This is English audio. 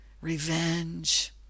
revenge